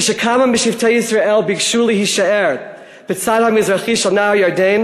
כשכמה משבטי ישראל ביקשו להישאר בצד המזרחי של נהר הירדן